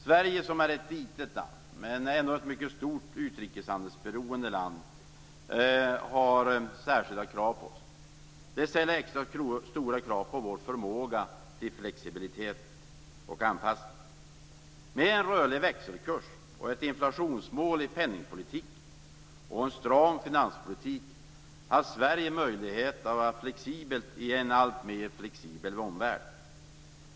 Sverige, som är ett litet land men ändå har ett mycket stort utrikeshandelsberoende, har särskilda krav på sig. Det ställer extra stora krav på vår förmåga till flexibilitet och anpassning. Med en rörlig växelkurs, ett inflationsmål i penningpolitiken och en stram finanspolitik har Sverige möjlighet att vara flexibelt i en alltmer flexibel omvärld.